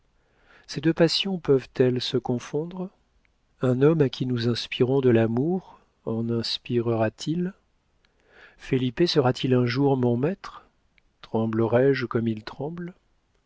ces deux passions peuvent-elles se confondre un homme à qui nous inspirons de l'amour nous en inspirera t il felipe sera-t-il un jour mon maître tremblerai je comme il tremble